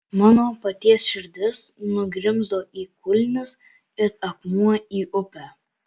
mano paties širdis nugrimzdo į kulnis it akmuo į upę